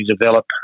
develop